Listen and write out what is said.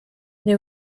neu